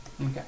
Okay